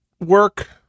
work